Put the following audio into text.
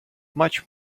much